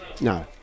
no